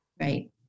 Right